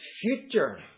future